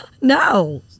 no